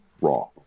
raw